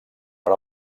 per